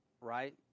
Right